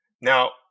Now